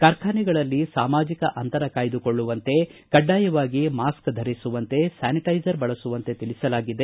ಕಾರ್ಖಾನೆಗಳಲ್ಲಿ ಸಾಮಾಜಕ ಅಂತರ ಕಾಯ್ದುಕೊಳ್ಳುವಂತೆ ಕಡ್ಡಾಯವಾಗಿ ಮಾಸ್ಕ್ ಧರಿಸುವಂತೆ ಸ್ಥಾನಿಟೈಸರ್ ಬಳಸುವಂತೆ ತಿಳಿಸಲಾಗಿದೆ